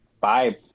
bye